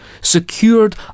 secured